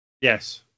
Yes